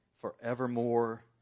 forevermore